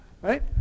right